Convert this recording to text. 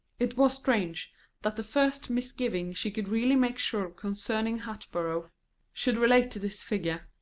it was strange that the first misgiving she could really make sure of concerning hatboro' should relate to this figure,